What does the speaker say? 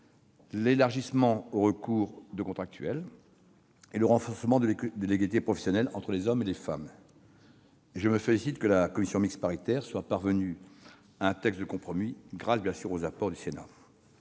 l'élargissement du recours aux contractuels ; enfin, le renforcement de l'égalité professionnelle entre les femmes et les hommes. Je me félicite que la commission mixte paritaire soit parvenue à un texte de compromis grâce aux apports du Sénat.